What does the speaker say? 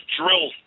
drill